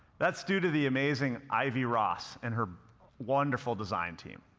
that's due to the amazing ivy ross and her wonderful design team.